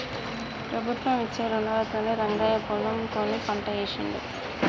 ప్రభుత్వం ఇచ్చే రుణాలతోనే రంగయ్య పొలం కొని పంట వేశిండు